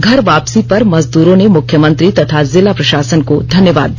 घर वापसी पर मजदूरों ने मुख्यमंत्री तथा जिला प्रशासन को धन्यवाद दिया